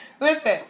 listen